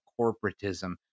corporatism